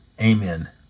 Amen